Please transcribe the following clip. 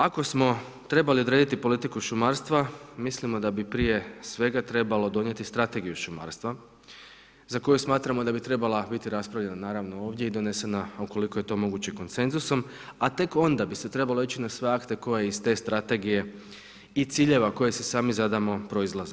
Ako smo trebali odrediti politiku šumarstva, mislimo da bi prije svega trebalo donijeti strategiju šumarstva za koje smatramo da bi trebalo biti raspravljeno naravno ovdje i donesena ukoliko je to moguće koncensusom, a tek onda bi se trebalo ići na sve akte koji iz te strategije i ciljeva koji si sami zadamo proizlaze.